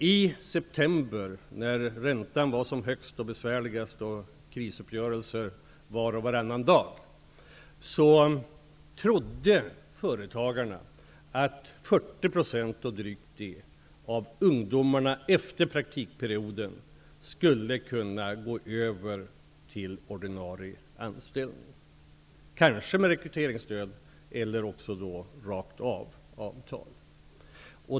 I september när räntan var som högst och besvärligast och vi hade krisuppgörelser var och varannan dag, trodde företagarna att 40 % och drygt det av ungdomarna efter praktikperioden skulle kunna gå över till ordinarie anställning, kanske med rekryteringsstöd, eller rakt av med avtal.